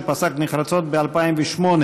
שפסק נחרצות ב-2008